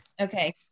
okay